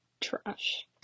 trash